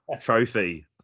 Trophy